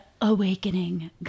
awakening